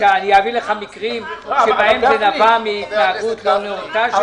שאני אביא לך מקרים שבהם זה נבע מהתנהגות לא נאותה של